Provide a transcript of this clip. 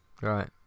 right